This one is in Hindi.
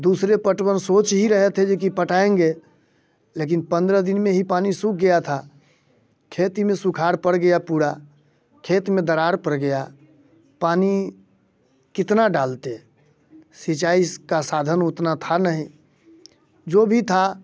दूसरे पटवन सोच ही रहे थे लेकिन पटाएँगे लेकिन पंद्रह दिन में ही पानी सूख गया था खेती में सुखाड़ पड़ गया पूरा खेत में दरार पड़ गया पानी कितना डालते सिंचाई का साधन उतना था नहीं जो भी था